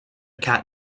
cat